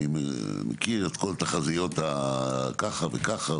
אני מכיר את כל תחזיות הככה וככה,